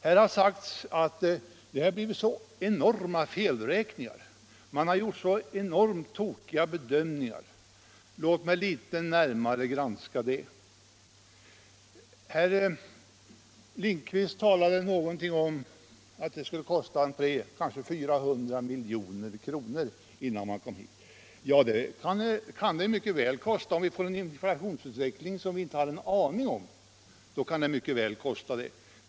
Här har sagts att det har blivit så enorma felräkningar och att man har gjort så tokiga bedömningar. Låt mig litet närmare granska det. Herr Lindkvist sade någonting om att en flyttning till Helgeandsholmen skulle kosta :300 eller 400 milj.kr. Det kan den mycket väl göra om vi får en inflationsutveckling som vi inte har en aning om i dag.